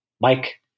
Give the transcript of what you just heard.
Mike